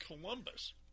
Columbus